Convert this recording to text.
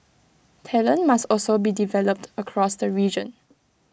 talent must also be developed across the region